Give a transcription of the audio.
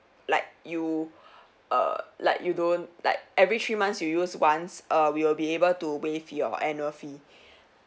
like you err like you don't like every three months you use once err we would be able to waive your annual fee